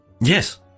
Yes